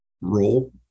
role